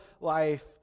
life